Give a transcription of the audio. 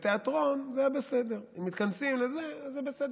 בתיאטרון, זה היה בסדר.